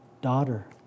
daughter